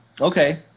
Okay